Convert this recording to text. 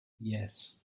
yes